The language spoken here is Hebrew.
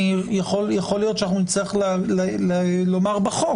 יכול להיות שאנחנו נצטרך לומר בחוק,